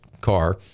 car